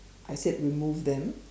I said remove them